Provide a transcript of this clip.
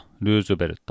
Roosevelt